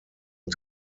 und